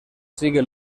sigue